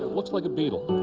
looks like a beetle.